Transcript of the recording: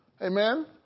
Amen